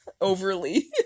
overly